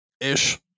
ish